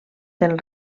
del